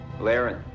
Laren